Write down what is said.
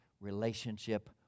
relationship